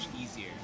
easier